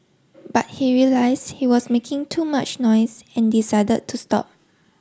but he realized he was making too much noise and decided to stop